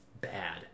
bad